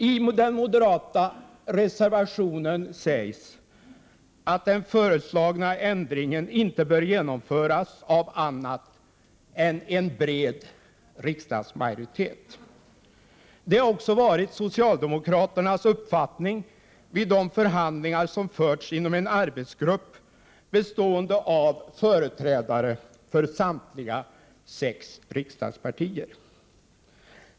I den moderata reservationen sägs att den föreslagna ändringen inte bör genomföras av annat än en bred riksdagsmajoritet. Detta har också varit socialdemokraternas uppfattning vid de förhandlingar som har förts inom en arbetsgrupp, bestående av företrädare för samtliga sex riksdagspartier.